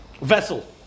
Vessel